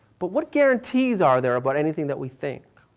but what guarantees are there about anything that we think?